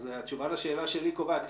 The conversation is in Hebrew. אז התשובה לשאלה שלי קובעת,